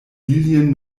lilien